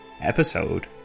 Episode